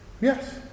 yes